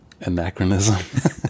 anachronism